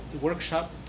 workshop